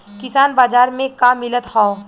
किसान बाजार मे का मिलत हव?